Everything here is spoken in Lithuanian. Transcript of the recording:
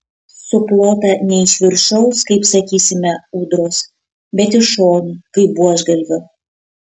suplota ne iš viršaus kaip sakysime ūdros bet iš šonų kaip buožgalvio